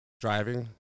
driving